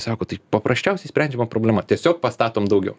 sako tai paprasčiausiai sprendžiama problema tiesiog pastatom daugiau